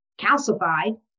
calcified